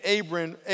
Abram